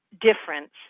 difference